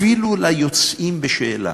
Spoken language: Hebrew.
אפילו ליוצאים בשאלה.